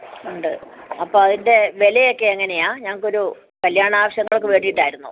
ഉണ്ട് അപ്പോൾ അതിൻ്റെ വില ഒക്കെ എങ്ങനെയാണ് ഞങ്ങൾക്ക് ഒരു കല്ല്യാണ ആവശ്യങ്ങൾക്ക് വേണ്ടീട്ട് ആയിരുന്നു